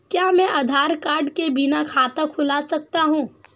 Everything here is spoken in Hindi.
क्या मैं आधार कार्ड के बिना खाता खुला सकता हूं?